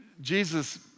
Jesus